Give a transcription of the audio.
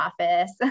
office